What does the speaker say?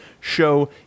show